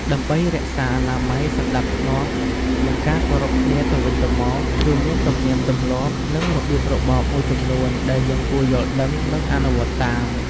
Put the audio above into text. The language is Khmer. ដើម្បីរក្សាអនាម័យ សណ្តាប់ធ្នាប់ និងការគោរពគ្នាទៅវិញទៅមក គឺមានទំនៀមទម្លាប់ និងរបៀបរបបមួយចំនួនដែលយើងគួរយល់ដឹង និងអនុវត្តតាម។